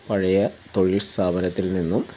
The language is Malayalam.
പഴയ തൊഴിൽ സ്ഥാപനത്തിൽനിന്നും